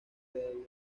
del